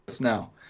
now